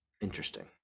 interesting